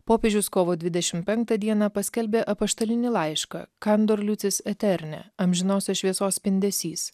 popiežius kovo dvidešimt penktą dieną paskelbė apaštalinį laišką kandorliucis eterne amžinosios šviesos spindesys